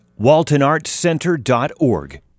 waltonartscenter.org